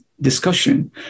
discussion